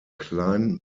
klein